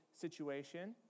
situation